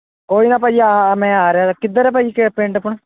ਕੋਈ ਨਾ ਭਾਅ ਜੀ ਆ ਆ ਮੈਂ ਹਾਂ ਰਿਹਾ ਕਿੱਧਰ ਹੈ ਭਾਅ ਜੀ ਕਿ ਪਿੰਡ ਆਪਣਾ